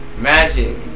magic